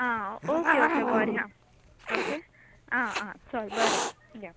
आं okay okay बोरें आहा ओके आं आं चल बरें या